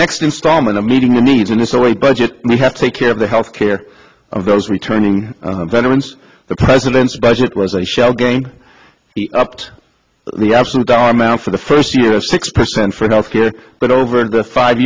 next installment of meeting the needs in history budget we have to take care of the health care of those returning veterans the president's budget was a shell game upped the absolute dollar amount for the first year six percent for health care but over invest five